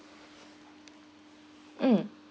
mm